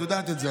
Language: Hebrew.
את יודעת את זה.